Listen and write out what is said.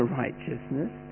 righteousness